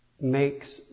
makes